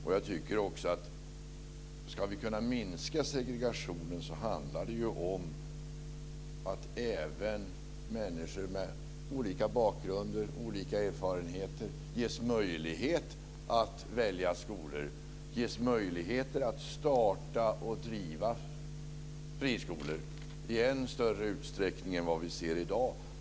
Om vi ska kunna minska segregationen handlar det om att även människor med olika bakgrunder och erfarenheter ges möjlighet att välja skolor och att starta och driva friskolor i än större utsträckning än vad vi ser i dag.